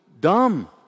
dumb